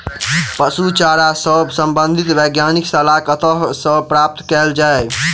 पशु चारा सऽ संबंधित वैज्ञानिक सलाह कतह सऽ प्राप्त कैल जाय?